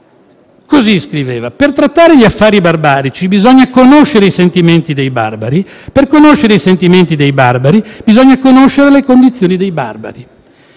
Così scriveva: «Per trattare gli affari barbarici, bisogna conoscere i sentimenti dei barbari; per conoscere i sentimenti dei barbari, bisogna conoscere le condizioni dei barbari».